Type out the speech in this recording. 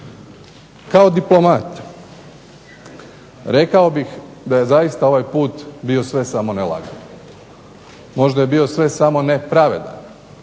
Kao diplomat rekao bih da je zaista ovaj put bio sve samo ne lagan. Možda je bio sve samo ne pravedan,